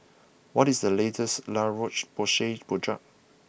what is the latest La Roche Porsay product